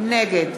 נגד